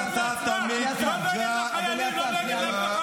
לא דואגת לחיילים, לא דואגת לאף אחד.